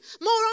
more